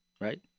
Right